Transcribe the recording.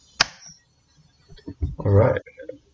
alright